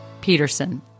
Peterson